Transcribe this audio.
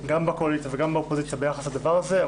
גם בקואליציה וגם באופוזיציה ביחס לדבר הזה.